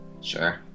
Sure